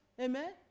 Amen